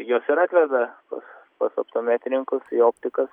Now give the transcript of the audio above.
juos ir atveda pas optometrininkus į optikas